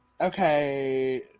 okay